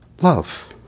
love